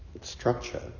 structure